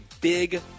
big